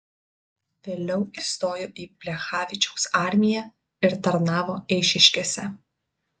vėliau įstojo į plechavičiaus armiją ir tarnavo eišiškėse